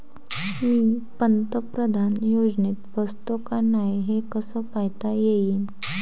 मी पंतप्रधान योजनेत बसतो का नाय, हे कस पायता येईन?